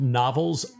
novels